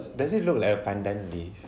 does it look like a pandan leaf